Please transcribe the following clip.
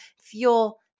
fuel